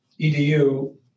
EDU